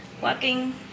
Walking